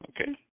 Okay